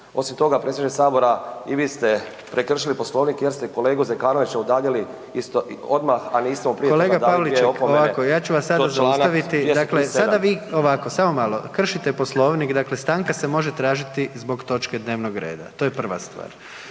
Osim toga, predsjedniče sabora i vi ste prekršili Poslovnik jer ste kolegu Zekanovića udaljili isto i odmah, a niste mu prije toga dali dvije opomene, to je čl. 237. **Jandroković, Gordan (HDZ)** Kolega Pavliček, ovako ja ću vas sad zaustaviti, dakle sada vi, ovako samo malo, kršite Poslovnik, dakle stanka se može tražiti zbog točke dnevnog reda, to je prva stvar.